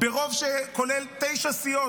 ברוב שכולל תשע סיעות,